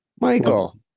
Michael